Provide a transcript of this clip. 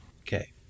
Okay